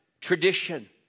Tradition